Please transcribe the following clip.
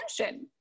attention